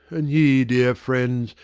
and ye, dear friends,